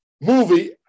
movie